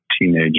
teenage